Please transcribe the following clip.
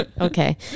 Okay